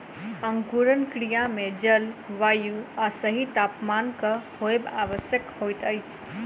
अंकुरण क्रिया मे जल, वायु आ सही तापमानक होयब आवश्यक होइत अछि